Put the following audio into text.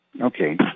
Okay